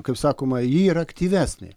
kaip sakoma ji yra aktyvesnė